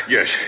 Yes